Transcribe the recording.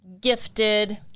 gifted